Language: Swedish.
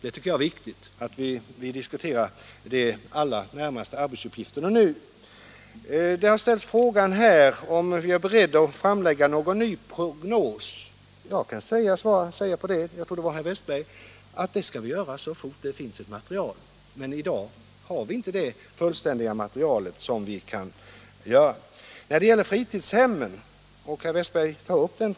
Jag tycker att det är viktigt att diskutera de allra närmaste arbetsuppgifterna nu. Det har här ställts frågan om vi är beredda att framlägga någon ny prognos. Jag tror att det var herr Wästberg i Stockholm som frågade. Jag kan svara att det skall vi göra så fort det finns ett material. Men i dag har vi inte ett sådant fullständigt material att vi kan göra det. Herr Wästberg tog upp frågan om fritidshem i dag.